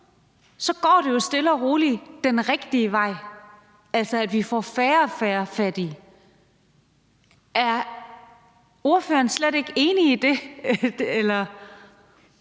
går det jo stille og roligt den rigtige vej, altså at vi får færre og færre fattige. Er ordføreren slet ikke enig i det?